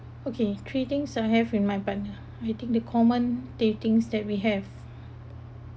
okay three things I have in my partner I think the common the things that we have